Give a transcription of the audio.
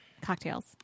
cocktails